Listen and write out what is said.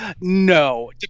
No